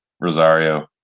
Rosario